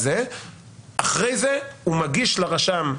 אחרי זה מוגש דו"ח לרשם,